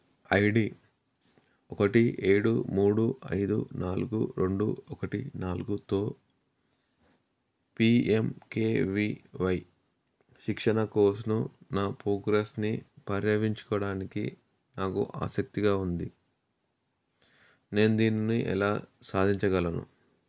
I D ఒకటి ఏడు మూడు ఐదు నాలుగు రెండు ఒకటి నాలుగుతో P M K V Y శిక్షణా కోర్స్ను నా పోగ్రెస్ని పర్యవించుకోడానికి నాకు ఆసక్తిగా ఉంది నేను దీనిని ఎలా సాధించగలను